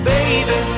Baby